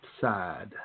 side